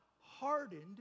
hardened